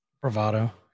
Bravado